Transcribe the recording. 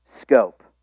scope